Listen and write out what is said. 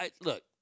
Look